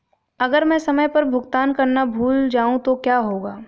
अगर मैं समय पर भुगतान करना भूल जाऊं तो क्या होगा?